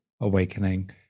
awakening